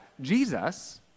Jesus